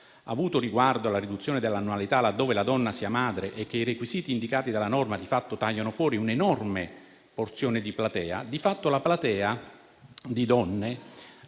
avuto riguardo alla riduzione delle annualità, laddove la donna sia madre, e i requisiti indicati dalla norma di fatto tagliano fuori un'enorme porzione di platea, in sostanza la percentuale di donne